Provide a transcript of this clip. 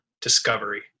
discovery